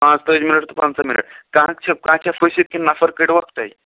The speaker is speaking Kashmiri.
پانٛژتٲجۍ مِنٛٹ ٹُو پَنٛژاہ مِنٛٹ کانٛہہ چھا کانٛہہ چھا پٔھسِتھ کِنہٕ نَفر کٔڈۍہوکھ تۄہہِ